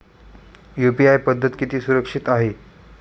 UPI पद्धत किती सुरक्षित आहे?